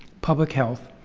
public health,